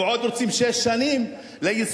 ועוד רוצים שש שנים ליישום.